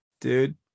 Dude